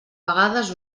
vegades